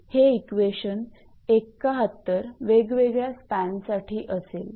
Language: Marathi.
तर हे इक्वेशन 71 वेगवेगळ्या स्पॅन साठीअसेल